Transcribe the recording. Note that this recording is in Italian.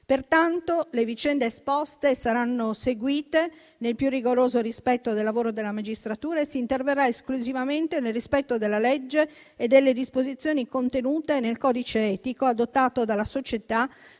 Pertanto, le vicende esposte saranno seguite nel più rigoroso rispetto del lavoro della magistratura e si interverrà esclusivamente nel rispetto della legge e delle disposizioni contenute nel codice etico adottato dalla società,